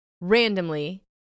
randomly